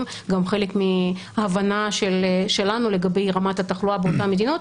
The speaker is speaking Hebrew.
גם חלק מהבנה שלנו לגבי רמת התחלואה באותן מדינות,